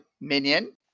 minion